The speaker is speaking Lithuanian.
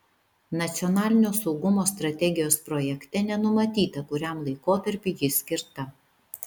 nacionalinio saugumo strategijos projekte nenumatyta kuriam laikotarpiui ji skirta